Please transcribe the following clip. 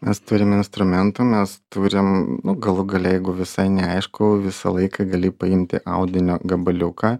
mes turim instrumentų mes turim galų gale jeigu visai neaišku visą laiką gali paimti audinio gabaliuką